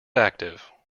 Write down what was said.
active